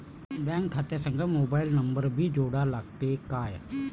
Bank खात्या संग mobile number भी जोडा लागते काय?